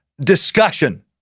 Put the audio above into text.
discussion